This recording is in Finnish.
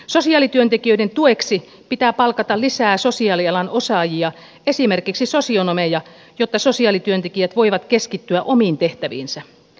sosiaalityöntekijöiden tueksi pitää palkata lisää sosiaalialan osaajia esimerkiksi sosionomeja jotta sosiaalityöntekijät voivat keskittyä omiin tehtäviinsä